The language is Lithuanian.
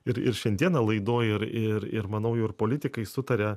ir ir šiandieną laidoj ir ir ir manau jau ir politikai sutaria